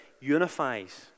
unifies